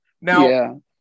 Now